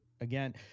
again